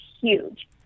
huge